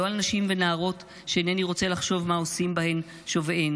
לא על נשים ונערות שאינני רוצה לחשוב מה עושים בהן שוביהן,